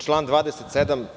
Član 27.